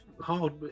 hard